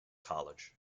college